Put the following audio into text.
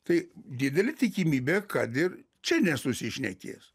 tai didelė tikimybė kad ir čia nesusišnekės